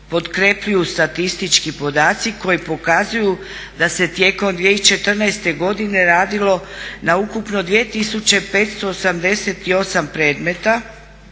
potkrepljuju statistički podaci koji pokazuju da se tijekom 2014.godine radilo na ukupno 2.588 predmeta